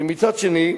מצד שני,